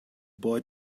boy